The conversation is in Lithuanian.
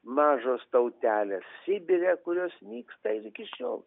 mažos tautelės sibire kurios nyksta ir iki šiol